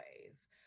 ways